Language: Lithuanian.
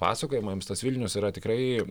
pasakojimams tas vilnius yra tikrai